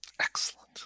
Excellent